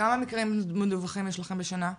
כמה מקרים מדווחים יש לכם בשנה?